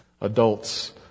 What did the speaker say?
adults